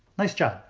nice job.